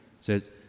says